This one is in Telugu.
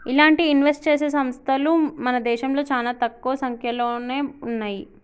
ఇలాంటి ఇన్వెస్ట్ చేసే సంస్తలు మన దేశంలో చానా తక్కువ సంక్యలోనే ఉన్నయ్యి